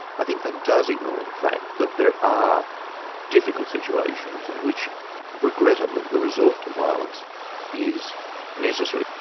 i think that does ignore the fact that there are difficult situations in which regrettably the resort to violence is necessary.